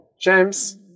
James